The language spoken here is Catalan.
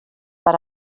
per